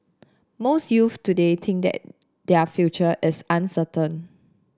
most youths today think that their future is uncertain